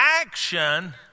action